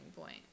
point